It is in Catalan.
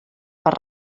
per